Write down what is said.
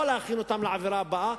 לא להכין אותם לעבירה הבאה,